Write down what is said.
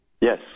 Yes